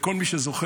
וכל מי שזוכר,